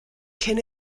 cyn